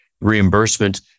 reimbursement